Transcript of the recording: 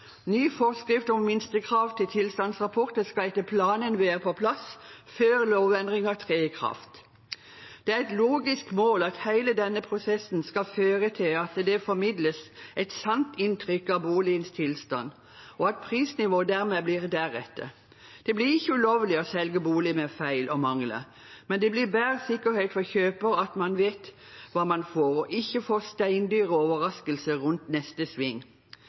Ny forskrift om minstekrav til tilstandsrapport skal etter planen være på plass før lovendringen trer i kraft. Det er et logisk mål at hele denne prosessen skal føre til at det formidles et sant inntrykk av boligens tilstand, og at prisnivået dermed blir deretter. Det blir ikke ulovlig å selge bolig med feil og mangler, men det blir bedre sikkerhet for kjøper når man vet hva man får, og ikke får steindyre overraskelser rundt neste sving.